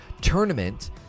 tournament